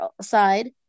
side